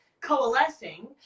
coalescing